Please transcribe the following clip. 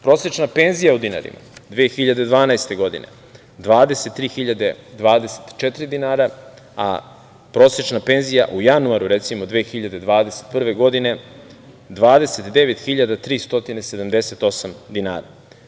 Prosečna penzija u dinarima 2012. godine 23.024 dinara, a prosečna penzija u januaru, recimo 2021. godine, 29.378 dinara.